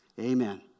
Amen